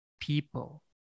people